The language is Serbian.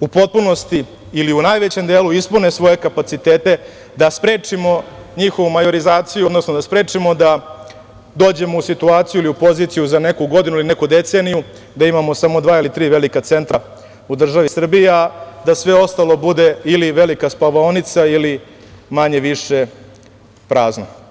u potpunosti ili u najvećem delu ispune svoje kapacitete da sprečimo njihovu majorizaciju, odnosno da sprečimo da dođemo u situaciju ili u poziciju za neku godinu ili neku deceniju da imamo samo dva ili tri velika centra u državi Srbiji, a da sve ostalo bude ili velika spavaonica ili manje-više prazno.